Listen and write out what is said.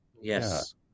Yes